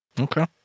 Okay